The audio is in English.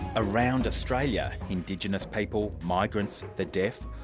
around australia, indigenous people, migrants, the deaf,